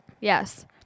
Yes